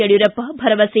ಯಡಿಯೂರಪ್ಪ ಭರವಸೆ